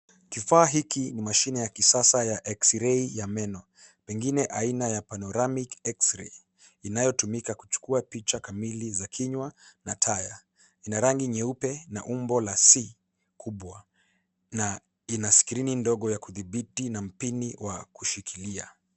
Kifaa hiki ni mashine ya kisasa ya eksirei ya meno pengine aina ya paronamic x-ray inayotumika kuchukua picha kamili za kinywa na taya. Ina rangi nyeupe na umbo la "C" kubwa na ina skrini ndogo ya kudhibiti na mpini wa kushikilia.